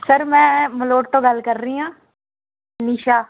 sir ਮੈਂ ਮਲੋਟ ਤੋਂ ਗੱਲ ਕਰ ਰਹੀ ਹਾਂ ਨਿਸ਼ਾ